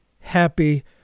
happy